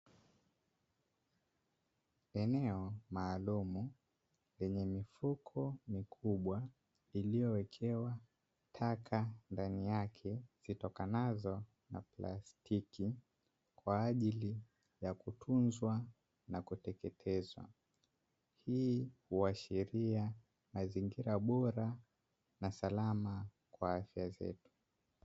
Eneo maalumu lenye mifuko mikubwa, iliyowekewa taka ndani yake zitokanazo na plastiki kwa ajili ya kutunzwa na kuteketezwa. Hii huashiria mazingira bora na salama kwa afya zetu.